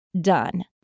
done